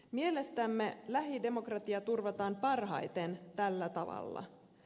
mielestämme lähidemokratia turvataan parhaiten tällä tavalla